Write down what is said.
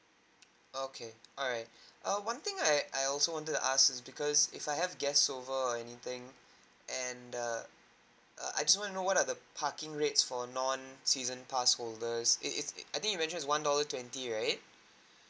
okay alright err one thing I I also wanted to ask is because if I have guests over or anything and uh I just want to know what are the parking rates for non season pass holders it's it's I think you mentioned it's one dollar twenty right